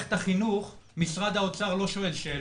במערכת החינוך, משרד האוצר לא שואל שאלות.